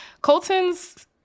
Colton's